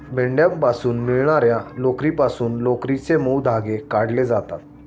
मेंढ्यांपासून मिळणार्या लोकरीपासून लोकरीचे मऊ धागे काढले जातात